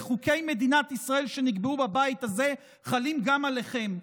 וחוקי מדינת ישראל שנקבעו בבית הזה חלים גם עליכם.